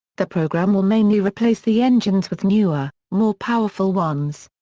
the program will mainly replace the engines with newer, more powerful ones.